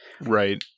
Right